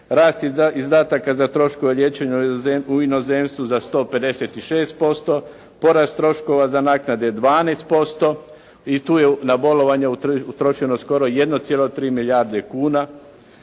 rast izdataka za troškove liječenja u inozemstvu za 156%, porast troškova za naknade 12% i tu je na bolovanja utrošeno skoro 1,3 milijarde kuna.